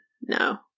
no